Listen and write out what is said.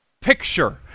Picture